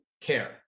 care